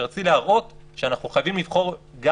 ורציתי להראות שאנחנו חייבים לבחור גם